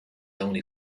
only